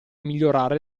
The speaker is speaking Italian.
migliorare